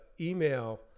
email